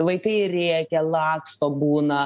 vaikai rėkia laksto būna